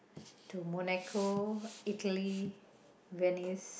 to Monaco Italy Venice